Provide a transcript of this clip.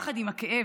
יחד עם הכאב,